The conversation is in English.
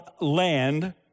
land